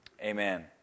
Amen